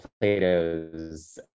Plato's